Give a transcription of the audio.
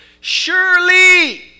Surely